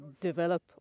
develop